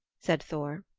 said thor.